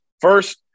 First